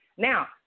Now